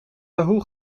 yahoo